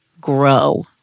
grow